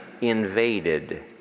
invaded